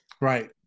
Right